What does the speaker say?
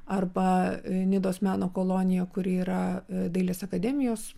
arba nidos meno kolonija kuri yra dailės akademijos